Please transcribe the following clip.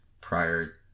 prior